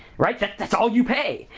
right? that's all you pay,